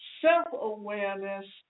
Self-awareness